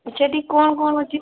ସେଠି କ'ଣ କ'ଣ ଅଛି